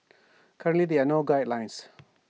currently there are no guidelines